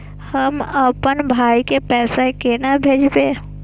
हम आपन भाई के पैसा केना भेजबे?